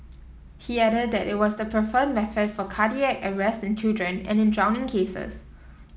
he added that it was the preferred method for cardiac arrest in children and in drowning cases